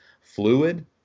fluid